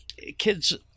Kids